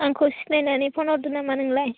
आंखो सिनायनानै फन हरदो नामा नोंलाय